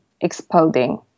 exploding